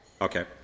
Okay